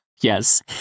Yes